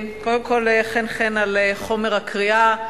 חן-חן על חומר הקריאה.